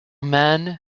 man